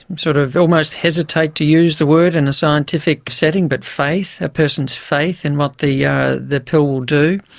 sort of i almost hesitate to use the word in a scientific setting, but faith, a person's faith in what the yeah the pill will do,